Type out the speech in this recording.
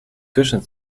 kussen